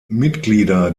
mitglieder